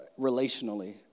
relationally